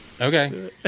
Okay